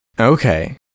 Okay